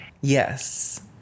Yes